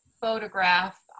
photograph